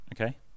Okay